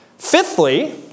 Fifthly